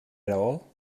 all